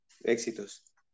Éxitos